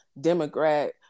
Democrat